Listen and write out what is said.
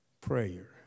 prayer